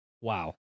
Wow